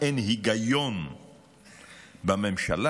הגם שכנראה ההצעה